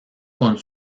con